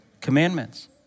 Commandments